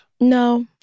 No